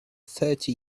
thirty